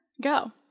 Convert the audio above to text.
go